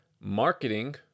Marketing